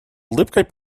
улыбкой